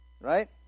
Right